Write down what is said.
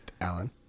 Alan